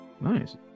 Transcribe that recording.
nice